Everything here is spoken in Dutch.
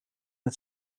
het